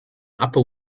upper